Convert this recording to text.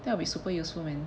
that will be super useful man